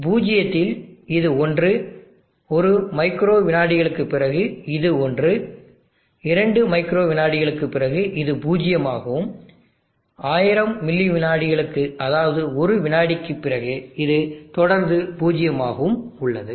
பூஜ்ஜியத்தில் இது ஒன்று ஒரு மைக்ரோ விநாடிகளுக்குப் பிறகு இது ஒன்று இரண்டு மைக்ரோ விநாடிகளுக்குப் பிறகு இது பூஜ்ஜியமாகவும் 1000 மில்லி விநாடிகளுக்கு அதாவது ஒரு விநாடிக்குப் பிறகு இது தொடர்ந்து பூஜ்ஜியமாகவும் உள்ளது